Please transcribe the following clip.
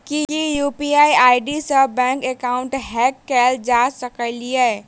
की UPI ID सऽ bank account hack कैल जा सकलिये?